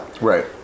right